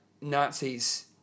Nazis